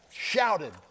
Shouted